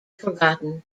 forgotten